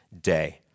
day